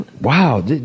Wow